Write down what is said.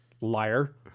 liar